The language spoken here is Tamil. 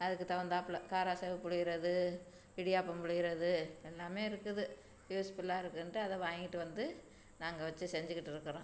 அதுக்குத் தகுந்தாப்பில காராசேவு புழியிறது இடியாப்பம் புழியிறது எல்லாமே இருக்குது யூஸ்ஃபுல்லாக இருக்குதுன்ட்டு அதை வாங்கிட்டு வந்து நாங்கள் வச்சி செஞ்சிக்கிட்டுருக்குறோம்